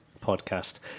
podcast